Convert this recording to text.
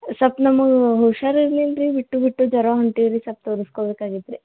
ಸ್ವಲ್ಪ ನಮಗೆ ಹುಷಾರು ಇರ್ಲಿಲ್ಲ ರೀ ಬಿಟ್ಟು ಬಿಟ್ಟು ಜ್ವರ ಹೊಂಟಾವ್ ರೀ ಸೊಲ್ಪ ತೋರಿಸ್ಕೋಬೇಕಾಗಿತ್ ರೀ